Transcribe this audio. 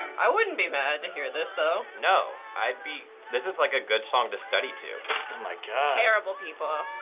wouldn't be mad to hear this though. no, i'd be this is like a good song to study to. oh my god! terrible people.